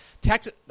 Texas